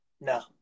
No